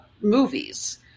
movies